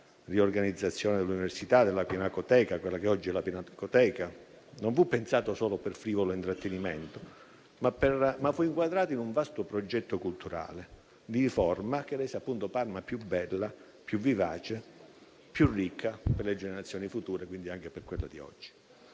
alla riorganizzazione dell'università, a quella che oggi è la Pinacoteca, non fu solo pensato per frivolo intrattenimento, ma fu anche inquadrato in un vasto progetto culturale di riforma, che rese Parma più bella, più vivace, più ricca per le generazioni future e, quindi, anche per quella di oggi.